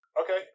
Okay